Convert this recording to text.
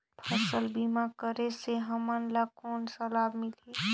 फसल बीमा करे से हमन ला कौन लाभ मिलही?